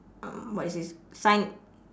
um what is this sign